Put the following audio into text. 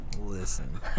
Listen